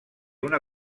una